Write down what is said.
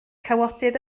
cawodydd